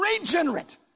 regenerate